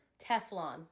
Teflon